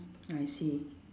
I see